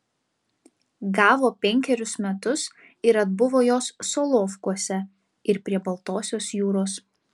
gavo penkerius metus ir atbuvo juos solovkuose ir prie baltosios jūros